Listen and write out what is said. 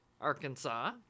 Arkansas